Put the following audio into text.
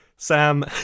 Sam